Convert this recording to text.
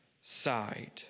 side